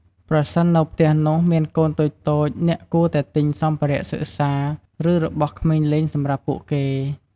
ប្រសិននៅផ្ទះនោះមានកូនតូចៗអ្នកគួរតែទិញសម្ភារៈសិក្សា ឬរបស់ក្មេងលេងសម្រាប់ពួកគេ។